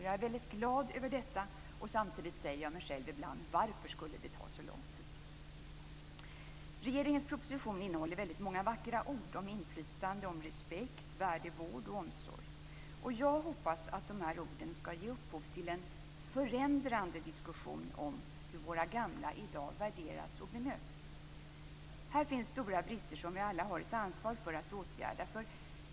Jag är väldigt glad över detta, men samtidigt säger jag mig själv ibland: Varför skulle det ta så lång tid? Regeringens proposition innehåller väldigt många vackra ord om inflytande, respekt, värdig vård och omsorg. Jag hoppas att de orden skall ge upphov till en förändrande diskussion om hur våra gamla i dag värderas och bemöts. Här finns stora brister som vi alla har ett ansvar för att åtgärda.